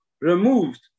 removed